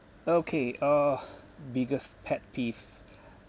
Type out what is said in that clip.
okay uh biggest pet peeve